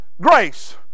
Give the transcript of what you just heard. Grace